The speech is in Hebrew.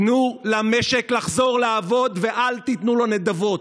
תנו למשק לחזור לעבוד ואל תיתנו לו נדבות.